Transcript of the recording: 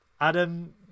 Adam